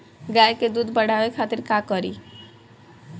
गाय के दूध बढ़ावे खातिर का करी?